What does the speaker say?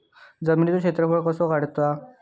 जमिनीचो क्षेत्रफळ कसा काढुचा?